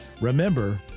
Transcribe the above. remember